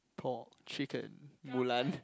Paul chicken Mulan